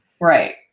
Right